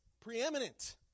preeminent